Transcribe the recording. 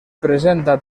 presenta